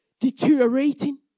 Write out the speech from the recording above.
deteriorating